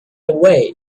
away